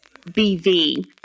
bv